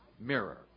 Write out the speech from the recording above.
Mirror